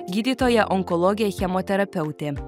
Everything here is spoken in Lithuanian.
gydytoja onkologė chemoterapeutė